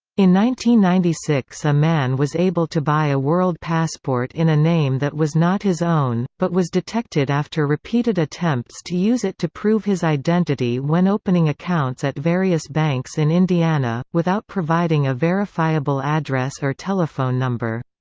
ninety ninety six a man was able to buy a world passport in a name that was not his own, but was detected after repeated attempts to use it to prove his identity when opening accounts at various banks in indiana, without providing a verifiable address or telephone number.